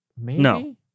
No